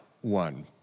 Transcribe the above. one